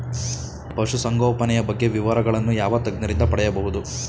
ಪಶುಸಂಗೋಪನೆಯ ಬಗ್ಗೆ ವಿವರಗಳನ್ನು ಯಾವ ತಜ್ಞರಿಂದ ಪಡೆಯಬಹುದು?